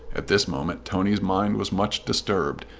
at this moment tony's mind was much disturbed,